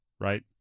right